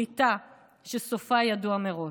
שליטה שסופה ידוע מראש.